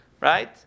Right